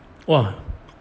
!wah!